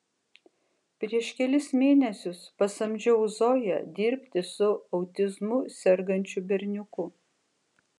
prieš kelis mėnesius pasamdžiau zoją dirbti su autizmu sergančiu berniuku